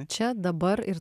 čia dabar ir